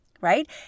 right